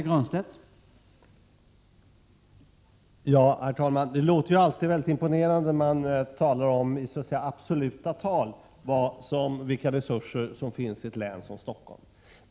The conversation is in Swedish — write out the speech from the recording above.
Herr talman! Det låter alltid mycket imponerande när man i absoluta tal anger vilka resurser som finns i ett län som Stockholm.